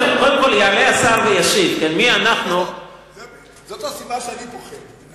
השר יעלה וישיב, מי אנחנו, זאת הסיבה שאני פוחד.